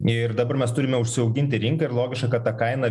ir dabar mes turime užsiauginti rinką ir logiška kad ta kaina